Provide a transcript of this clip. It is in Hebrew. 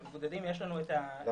למבודדים יש לנו את הפתרון.